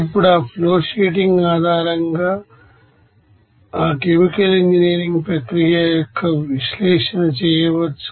ఇప్పుడు ఆ ఫ్లోషీటింగ్ ఆధారంగా ఆ కెమికల్ ఇంజనీరింగ్ ప్రక్రియ యొక్క విశ్లేషణ చేయవచ్చు